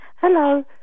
Hello